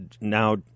now